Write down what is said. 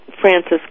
Francis